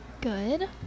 Good